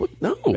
No